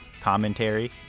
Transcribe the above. commentary